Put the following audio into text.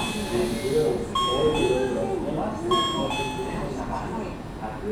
ir vėl oilerio grafų ir trikampių funkcija